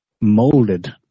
molded